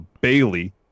Bailey